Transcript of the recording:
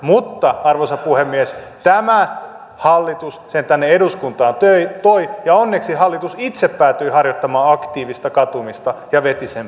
mutta arvoisa puhemies tämä hallitus sen tänne eduskuntaan toi ja onneksi hallitus itse päätyi harjoittamaan aktiivista katumista ja veti sen pois